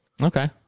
Okay